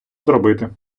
зробити